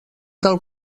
del